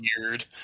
weird